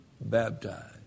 baptized